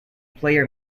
player